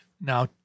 Now